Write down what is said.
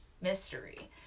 mystery